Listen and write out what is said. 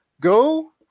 go